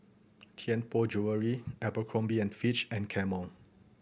Tianpo Jewellery Abercrombie and Fitch and Camel